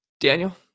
Daniel